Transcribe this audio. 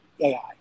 AI